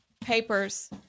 papers